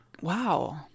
wow